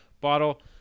bottle